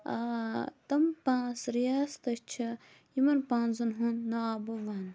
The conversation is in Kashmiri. تم پانٛژھ ریاستہٕ چھِ یِمَن پانٛژَن ہُنٛد ناو بہٕ وَنہٕ